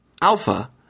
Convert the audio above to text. Alpha